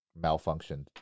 malfunctioned